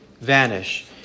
vanish